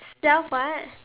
self what